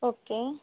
okay